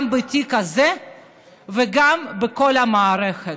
גם בתיק הזה וגם בכל המערכת.